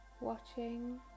watching